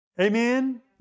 amen